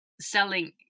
selling